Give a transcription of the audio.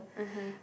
(uh huh)